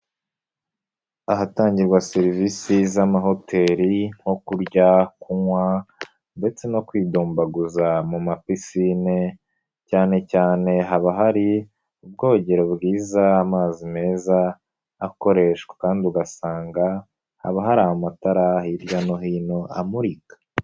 Ahatangirwa serivisi z'amahoteli nko kurya, kunywa ndetse no kwidumbaguza mu mapiscine cyane cyane haba hari ubwogero bwiza, amazi meza, akoreshwa kandi ugasanga haba hari amatara hirya no hino amurika.